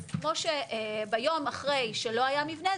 אז ביום אחרי שלא היה מבנה,